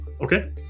Okay